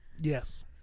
Yes